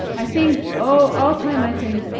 i think, oh all time i think,